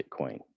Bitcoin